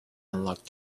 unlocked